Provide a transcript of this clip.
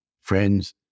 friends